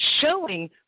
showing